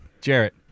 Jarrett